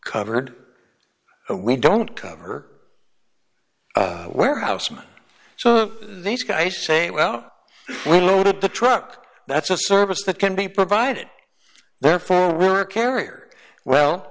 covered we don't cover warehouseman so these guys say well we loaded the truck that's a service that can be provided therefore we're a carrier well